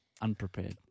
Unprepared